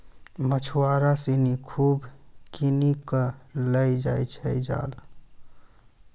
मछुआरा सिनि खूब किनी कॅ लै जाय छै जाल